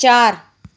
ਚਾਰ